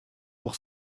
pour